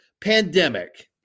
Pandemic